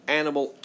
animal